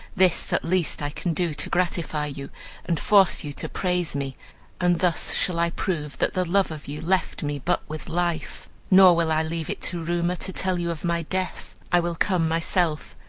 this at least i can do to gratify you and force you to praise me and thus shall i prove that the love of you left me but with life. nor will i leave it to rumor to tell you of my death. i will come myself,